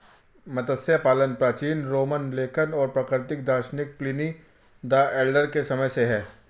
मत्स्य पालन प्राचीन रोमन लेखक और प्राकृतिक दार्शनिक प्लिनी द एल्डर के समय से है